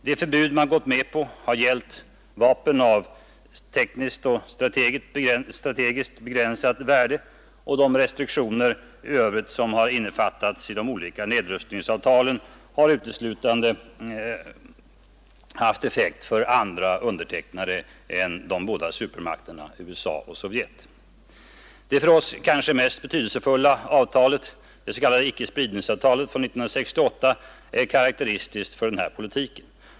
De förbud man gått med på har gällt vapen av tekniskt och strategiskt begränsat värde, och de restriktioner i övrigt som innefattats i de olika nedrustningsavtalen har uteslutande haft effekt för andra undertecknare än de båda supermakterna USA och Sovjet. Det för oss kanske mest betydelsefulla avtalet, det s.k. ickespridningsavtalet från 1968 är karakteristiskt för denna politik.